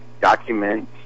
documents